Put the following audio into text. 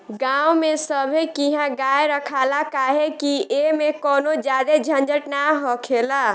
गांव में सभे किहा गाय रखाला काहे कि ऐमें कवनो ज्यादे झंझट ना हखेला